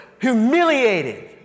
humiliated